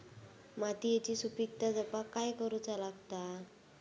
मातीयेची सुपीकता जपाक काय करूचा लागता?